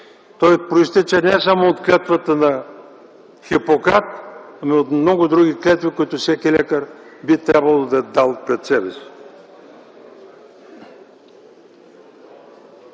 Той произтича не само от клетвата на Хипократ, но и от много други клетви, които всеки лекар би трябвало да е дал пред себе